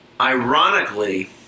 Ironically